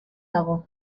dago